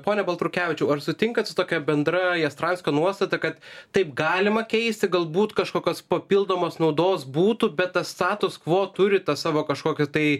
pone baltrukevičiau ar sutinkat su tokia bendra jastramskio nuostata kad taip galima keisti galbūt kažkokios papildomos naudos būtų bet tas status kvo turi tą savo kažkokį tai